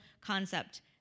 concept